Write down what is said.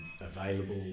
available